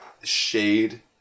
shade